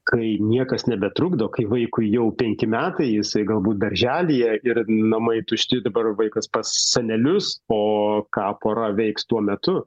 kai niekas nebetrukdo kai vaikui jau penki metai jisai galbūt darželyje ir namai tušti dabar vaikas pas senelius o ką pora veiks tuo metu